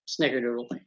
Snickerdoodle